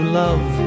love